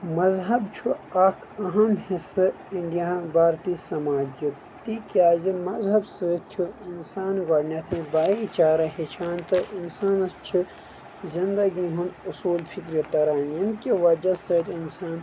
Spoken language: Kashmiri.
مذہب چھُ اکھ اہم حصہٕ انڈیا بارتی سماجُک تِکیٛازِ مذہب سۭتۍ چھُ انسان گۄڈٕنٮ۪تھٕے بایی چارہ ہٮ۪چھان تہٕ انسانس چھِ زندگی ہُنٛد اصوٗل فکرِ تران ییٚمہِ کہِ وجہ سۭتۍ انسان